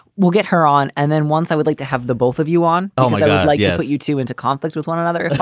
we'll get her on. and then once i would like to have the both of you on um like like yeah but youtube into conflict with one another.